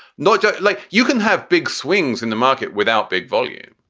not like you can have big swings in the market without big volume.